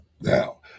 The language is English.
Now